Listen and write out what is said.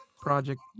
Project